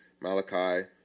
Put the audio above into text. malachi